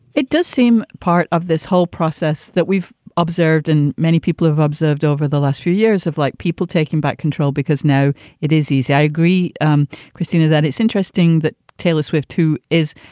it does seem part of this whole process that we've observed and many people have observed over the last few years have like people taking back control because now it is easy. i agree. um christina, that it's interesting that taylor swift, too, is,